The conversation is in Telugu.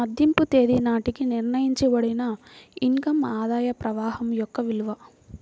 మదింపు తేదీ నాటికి నిర్ణయించబడిన ఇన్ కమ్ ఆదాయ ప్రవాహం యొక్క విలువ